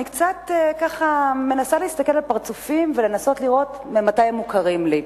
אני קצת ככה מנסה להסתכל בפרצופים ולנסות לראות ממתי הם מוכרים לי.